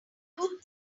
hope